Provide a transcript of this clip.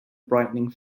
brightening